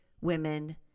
women